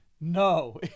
no